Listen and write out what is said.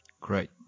Great